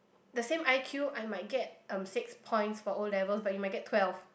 the same I_Q I might get um six points for O-levels but you might get twelve